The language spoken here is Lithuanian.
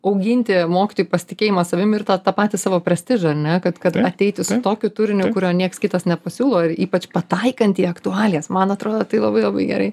auginti mokytojui pasitikėjimą savim ir tą tą patį savo prestižą ane kad kad ateiti su tokiu turiniu kurio nieks kitas nepasiūlo ir ypač pataikant į aktualijas man atrodo tai labai labai gerai